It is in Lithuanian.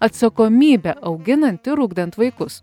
atsakomybę auginant ir ugdant vaikus